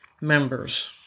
members